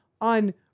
on